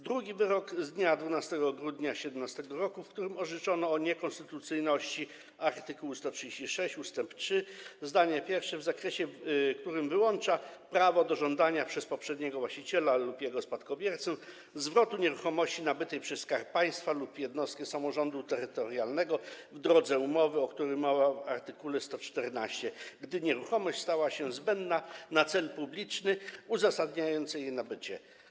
Drugi wyrok to ten z dnia 12 grudnia 2017 r., w którym orzeczono o niekonstytucyjności art. 136 ust. 3 zdanie pierwsze w zakresie, jakim wyłącza prawo do żądania przez poprzedniego właściciela lub jego spadkobiercę zwrotu nieruchomości nabytej przez Skarb Państwa lub jednostkę samorządu terytorialnego w drodze umowy, o której mowa w art. 114, gdy nieruchomość stała się zbędna na cel publiczny uzasadniający jej nabycie.